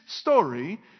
story